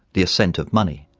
the ascent of money,